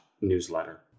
newsletter